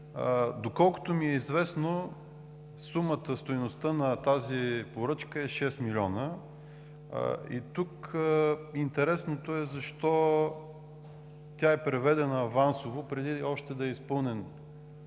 Доколкото ми е известно, стойността на тази поръчка е шест милиона, и тук интересното е защо тя е преведена авансово, преди още да са изпълнени